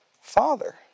father